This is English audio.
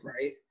right